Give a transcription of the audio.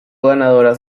ganadoras